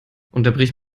unterbrich